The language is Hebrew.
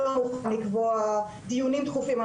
לא לקבוע דיונים דחופים.